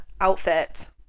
outfit